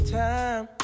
time